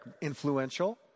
influential